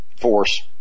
force